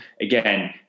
Again